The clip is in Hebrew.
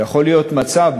ויכול להיות מצב,